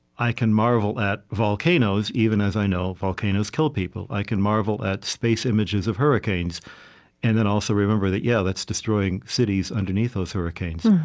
i can marvel at volcanoes, even as i know volcanoes kill people. i can marvel at space images of hurricanes and then also remember that, yeah, that's destroying cities underneath those hurricanes.